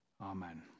Amen